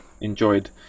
enjoyed